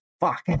fuck